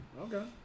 Okay